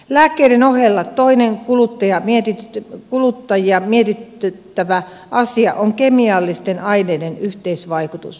lääkkeiden ohella toinen kuluttajia mietityttävä asia on kemiallisten aineiden yhteisvaikutus